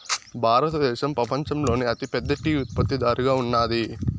భారతదేశం పపంచంలోనే అతి పెద్ద టీ ఉత్పత్తి దారుగా ఉన్నాది